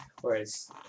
whereas